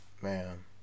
man